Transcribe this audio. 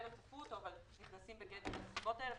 ודאי לא צפו אותו אבל הן נכנסות בגדר הנסיבות שלנו.